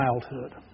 childhood